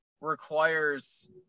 requires